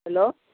hello